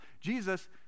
Jesus